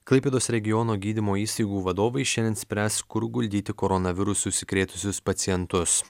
klaipėdos regiono gydymo įstaigų vadovai šiandien spręs kur guldyti koronavirusu užsikrėtusius pacientus